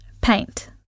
paint